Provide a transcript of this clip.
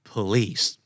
Police